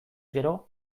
gero